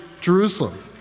Jerusalem